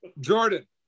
jordan